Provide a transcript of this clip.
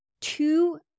Two